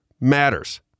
matters